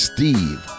Steve